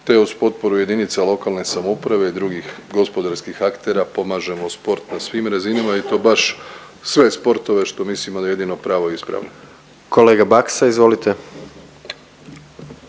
te uz potporu jedinica lokalne samouprave i drugih gospodarskih aktera pomažemo sport na svim razinama i to baš sve sportove što mislimo da je jedino pravo i ispravno. **Jandroković,